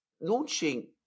launching